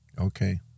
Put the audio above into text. Okay